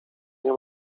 nie